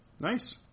Nice